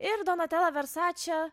ir donatela versače